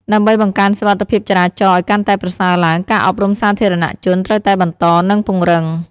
ដើម្បីបង្កើនសុវត្ថិភាពចរាចរណ៍ឱ្យកាន់តែប្រសើរឡើង ការអប់រំសាធារណជនត្រូវតែបន្ត និងពង្រឹង។